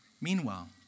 Meanwhile